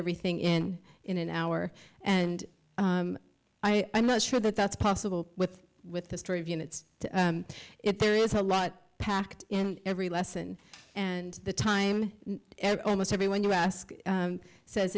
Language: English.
everything in in an hour and i'm not sure that that's possible with with history of units to it there is a lot packed in every lesson and the time almost everyone you ask says